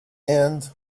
and